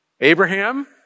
Abraham